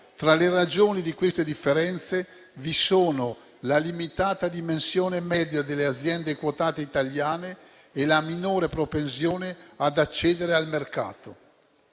Fra le ragioni di queste differenze vi sono la limitata dimensione media delle aziende quotate italiane e la minore propensione ad accedere al mercato.